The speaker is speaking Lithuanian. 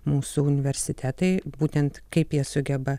mūsų universitetai būtent kaip jie sugeba